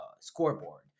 scoreboard